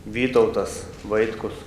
vytautas vaitkus